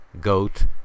goat